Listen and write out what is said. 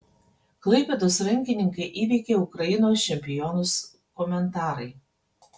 klaipėdos rankininkai įveikė ukrainos čempionus komentarai